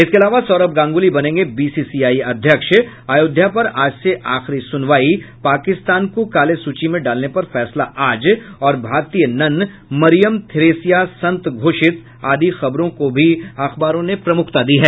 इसके अलावा सौरभ गांगुली बनेंगे बीसीसीआई अध्यक्ष अयोध्या पर आज से आखिरी सुनवाई पाकिस्तान को काले सूची में डालने पर फैसला आज और भारतीय नन मरियम थ्रेसिया संत घोषित आदि खबरों का भी अखबारों ने प्रमुखता दी है